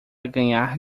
ganhar